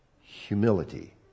humility